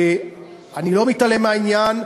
אני לא מתעלם מהעניין,